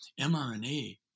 mRNA